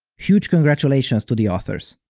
huge congratulations to the authors.